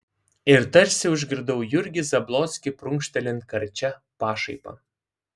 ir tarsi užgirdau jurgį zablockį prunkštelint karčia pašaipa